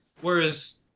Whereas